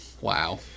Wow